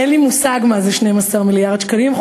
אין לי מושג מה זה 12 מיליארד שקלים,